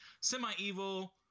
semi-evil